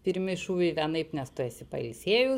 pirmi šūviai vienaip nes tu esi pailsėjus